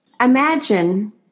Imagine